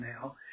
now